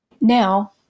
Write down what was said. Now